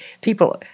people